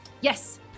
Yes